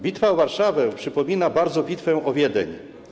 Bitwa o Warszawę przypomina bardzo bitwę o Wiedeń.